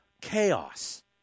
chaos